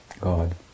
God